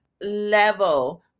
level